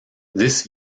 this